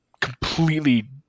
completely